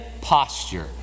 posture